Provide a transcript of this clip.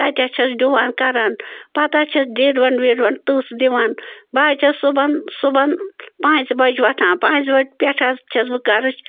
تتہِ حظ چھَس ڈُوان کَران پتہٕ حظ چھَس ڈیٖڈوَن ویٖڈوَن تٕژھ دِوان بہٕ حظ چھَس صُبَحن صُبَحن پانٛژِ بَجہِ وۄتھان پانٛژِ پٮ۪ٹھ حظ چھَس بہٕ گَرٕچ